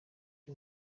ndi